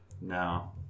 No